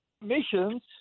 missions